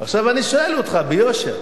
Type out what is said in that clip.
עכשיו אני שואל אותך, ביושר: